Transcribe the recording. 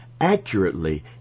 accurately